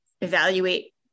evaluate